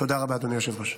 תודה רבה, אדוני היושב-ראש.